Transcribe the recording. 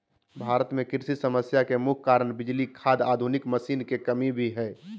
भारत में कृषि समस्या के मुख्य कारण बिजली, खाद, आधुनिक मशीन के कमी भी हय